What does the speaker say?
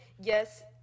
yes